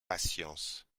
patience